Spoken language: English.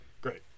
Great